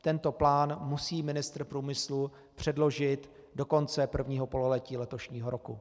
Tento plán musí ministr průmyslu předložit do konce prvního pololetí letošního roku.